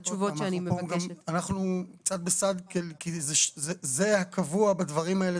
אני קצת בסד כי זה הקבוע בדברים האלה.